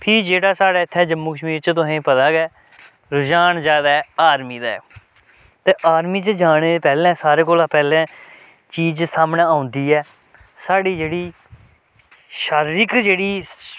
फ्ही जेह्ड़ा साढ़े इत्थै जम्मू कश्मीर च तुसेंगी पता गै रुझान जादा आर्मी दा ऐ ते आर्मी च जाने पैह्लें सारें कोला पैह्लें चीज सामनै औंदी ऐ साढ़ी जेह्ड़ी शारीरिक जेह्ड़ी